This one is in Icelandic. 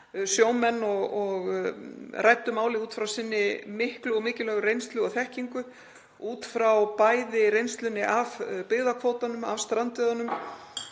sjómenn og ræddu málið út frá sinni miklu og mikilvægu reynslu og þekkingu, út frá bæði reynslunni af byggðakvótanum og af strandveiðunum.